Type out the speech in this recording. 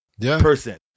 person